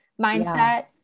mindset